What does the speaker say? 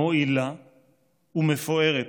מועילה ומפוארת,